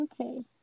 Okay